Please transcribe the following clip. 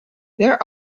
there